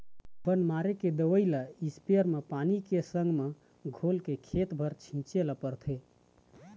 बन मारे के दवई ल इस्पेयर म पानी के संग म घोलके खेत भर छिंचे ल परथे